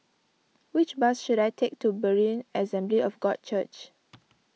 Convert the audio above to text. which bus should I take to Berean Assembly of God Church